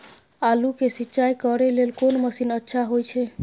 आलू के सिंचाई करे लेल कोन मसीन अच्छा होय छै?